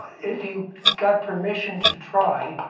if you got permission to try,